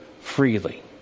freely